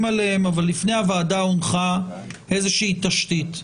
עליהם אבל לפני הוועדה הונחה איזושהי תשתית.